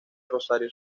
rosario